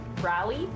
rally